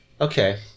Okay